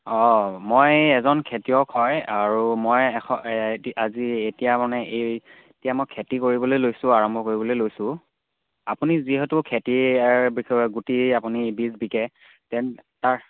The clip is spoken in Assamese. অঁ মই এজন খেতিয়ক হয় আৰু মই আজি এতিয়া মানে এই এতিয়া মই খেতি কৰিবলে লৈছোঁ আৰম্ভ কৰিবলৈ লৈছোঁ আপুনি যিহেতু খেতিৰ বিষয়ে গুটি আপুনি বীজ বিকে তাৰ